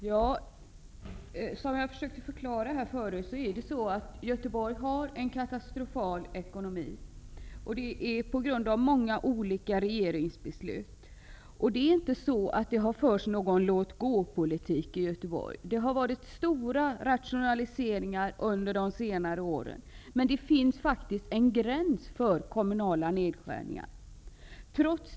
Herr talman! Jag försökte förklara här förut att Göteborg har en katastrofal ekonomi på grund av många olika regeringsbeslut. Det är inte så, att det har förts en låtgåpolitik i Göteborg. Det har skett stora rationaliseringar under senare år. Men det finns faktiskt en gräns när det gäller de kommunala nedskärningarna.